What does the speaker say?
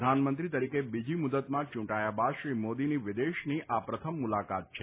પ્રધાનમંત્રી તરીકે બીજી મુદતમાં ચુંટાયા બાદ શ્રી મોદીની વિદેશની આ પ્રથમ મુલાકાત છે